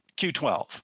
Q12